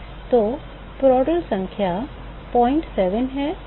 तो प्रांदल संख्या 07 है n 03 है